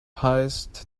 heißt